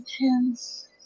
chance